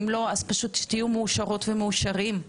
אם לא, פשוט שתהיו מאושרות ומאושרים.